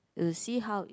you'll see how